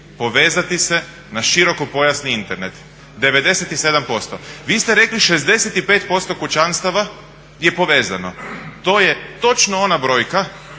povezati se na širokopojasni Internet, 97%. Vi ste rekli 65% kućanstava je povezano. To je točno ona brojka,